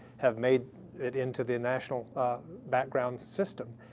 have made it into the national background system.